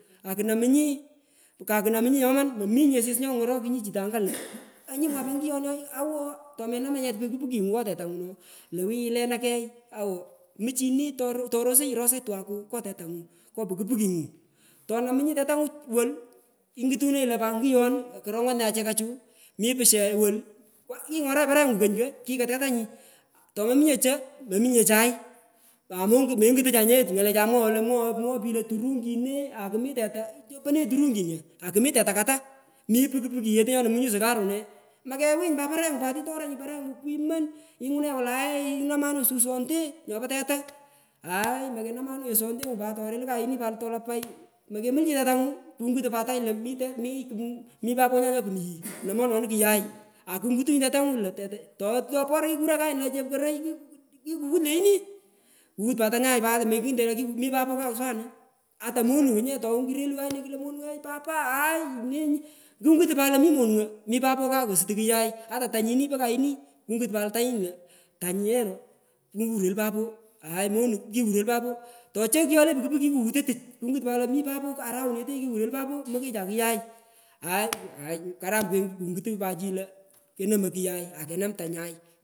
Akunamunyi kakunamunyi nyoman mominye asis nyonyorokunyi chitanga lo onyu mwaipa nguyon nyo awo tomemaanyinye pukinyu ngo tetangu lo wuyo yilena key awo muchini torosenyi rosanyi tukaku ngo tetangu ngo puki pukinyu tonomunyi tetangu wolu ingutenenyi pat nguyon akorongonenan chekachu mi pusha wolu kingoranyi parengu kuny ko kikat katanyi tomominye cho mominye chai amongu mongutochanyeye ngalechai mwoghoi pich lo turungin eeh akumi teta chopo ne turungin nya akumi teta kata mi puki puki yete nyonomunyi sukarune make winyi pat parenyu kwimon ingunanyi wolae inamanunyi suswonte nyopo teta aay mokanamanunyi pat swonte pat torelu kayini pat tolapai mokemulchini nye tetangu kungu pat tany lo mi te mi paponya nyapunu yi kra nomonwanu kuyay akungutu nyu tetangu lo tetongu lo poro kikuronyi kayna chepkoroi kikughut lanyini kueut pat tanyagh mengut nye lo mi papo kaw aswanu ata monung ye tini kereluny kayini kulo monung’o eei papa kangutu pat lo mi monung mi papo kaw kosatu kuyai ata tanyini po kayini kung pat tanyini lo tanyu yeno mi kuteluy papo tochoi kuyole puki puki kikuwutyo tuch kungut pt lo ni mi papo around yeteyi ikikutelu papo mokecha ai karam pat kungutu pat lo kunomoi kuyai akenam tanyai.